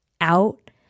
out